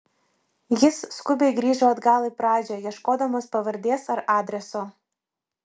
jis skubiai grįžo atgal į pradžią ieškodamas pavardės ar adreso